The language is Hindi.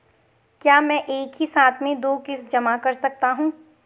क्या मैं एक ही साथ में दो किश्त जमा कर सकता हूँ?